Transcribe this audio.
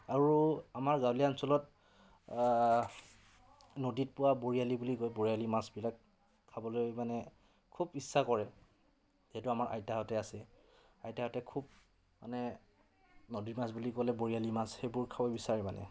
আৰু আমাৰ গাঁৱলীয়া অঞ্চলত নদীত পোৱা বৰিয়লা বুলি কয় বৰিয়লা মাছবিলাক খাবলৈ মানে খুব ইচ্ছা কৰে সেইটো আমাৰ আইতাহঁতে আছে আইতাহঁতে খুব মানে নদীৰ মাছ বুলি ক'লে বৰিয়লা মাছ সেইবোৰ খাব বিচাৰেই মানে